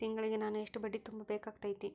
ತಿಂಗಳಿಗೆ ನಾನು ಎಷ್ಟ ಬಡ್ಡಿ ತುಂಬಾ ಬೇಕಾಗತೈತಿ?